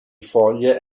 foglie